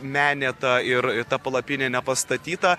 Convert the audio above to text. menė ta ir ta palapinė nepastatyta